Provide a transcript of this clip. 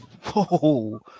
Whoa